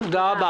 תודה.